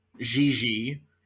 Gigi